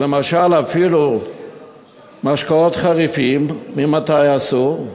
למשל, אפילו משקאות חריפים, ממתי אסור?